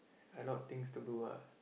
a lot things to do ah